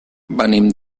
venim